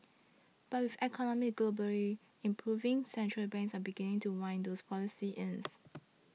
but with economies globally improving central banks are beginning to wind those policies in